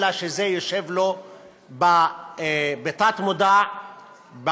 אלא שזה יושב לו בתת-מודע בדרכו,